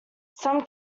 some